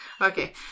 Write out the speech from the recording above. okay